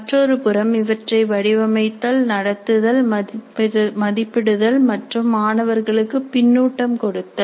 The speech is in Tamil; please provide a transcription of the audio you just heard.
மற்றொருபுறம் இவற்றை வடிவமைத்தல் நடத்துதல் மதிப்பிடுதல் மற்றும் மாணவர்களுக்கு பின்னூட்டம் கொடுத்தல்